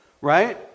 right